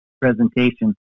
presentation